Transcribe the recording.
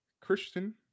Christian